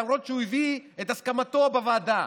למרות שהוא הביע את הסכמתו בוועדה.